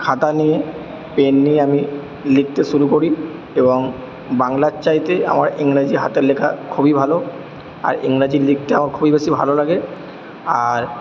খাতা নিয়ে পেন নিয়ে আমি লিখতে শুরু করি এবং বাংলার চাইতে আমার ইংরাজি হাতের লেখা খুবই ভালো আর ইংরাজি লিখতে আমার খুবই বেশি ভালো লাগে আর